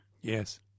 Yes